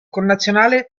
connazionale